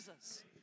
Jesus